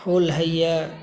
फूल होइया